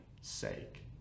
sake